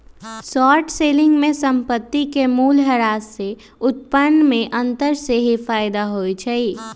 short selling में संपत्ति के मूल्यह्रास से उत्पन्न में अंतर सेहेय फयदा होइ छइ